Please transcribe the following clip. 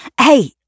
Hey